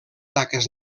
taques